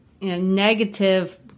negative